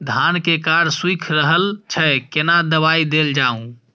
धान के कॉर सुइख रहल छैय केना दवाई देल जाऊ?